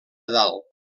dalt